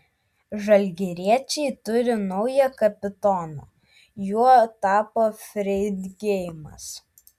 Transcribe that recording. žalgiriečiai turi naują kapitoną juo tapo freidgeimas